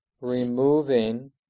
removing